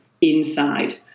inside